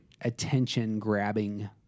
attention-grabbing